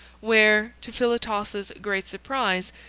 where, to philotas's great surprise,